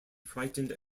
frightened